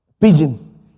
Pigeon